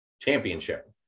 Championship